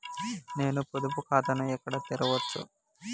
నేను పొదుపు ఖాతాను ఎక్కడ తెరవచ్చు?